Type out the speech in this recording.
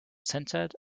centered